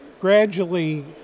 Gradually